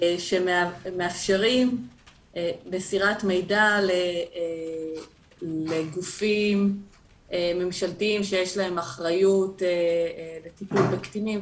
שמאפשרים מסירת מידע לגופים ממשלתיים שיש להם אחריות לטיפול בקטינים,